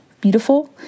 beautiful